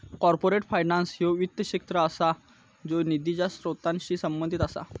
corporate finance ह्यो वित्त क्षेत्र असा ज्यो निधीच्या स्त्रोतांशी संबंधित असा